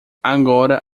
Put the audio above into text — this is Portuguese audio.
agora